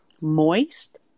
moist